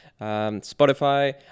Spotify